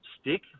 stick